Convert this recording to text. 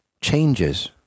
changes